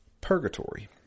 purgatory